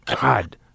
God